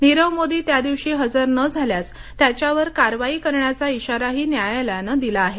निरव मोदी त्या दिवशी हजर न झाल्यास त्याच्यावर कारवाई करण्याचा इशाराही न्यायालयाने दिला आहे